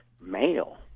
male